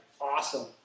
awesome